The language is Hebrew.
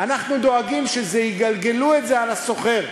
אנחנו דואגים שיגלגלו את זה על השוכר,